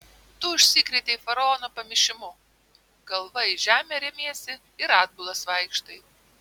tu užsikrėtei faraono pamišimu galva į žemę remiesi ir atbulas vaikštai